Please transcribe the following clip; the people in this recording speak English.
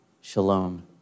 shalom